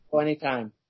Anytime